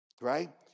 Right